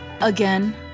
again